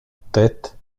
tête